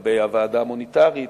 הוועדה המוניטרית,